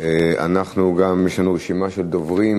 יש לנו רשימה של דוברים.